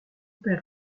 père